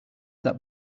that